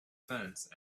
fence